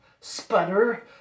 sputter